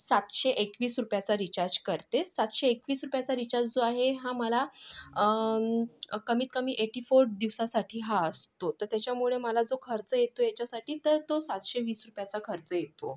सातशे एकवीस रुपयाचा रिचाज् करते सातशे एकवीस रुपयाचा रिचाज् जो आहे हा मला कमीत कमी एटीफोर दिवसासाठी हा असतो तर त्याच्यामुळे मला जो खर्च येतो याच्यासाठी तर तो सातशे वीस रुपयाचा खर्च येतो